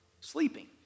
sleeping